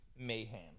mayhem